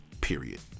Period